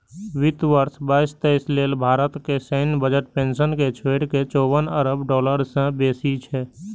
वित्त वर्ष बाईस तेइस लेल भारतक सैन्य बजट पेंशन कें छोड़ि के चौवन अरब डॉलर सं बेसी छै